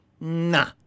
nah